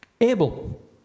Abel